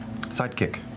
sidekick